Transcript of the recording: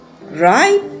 right